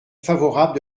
favorable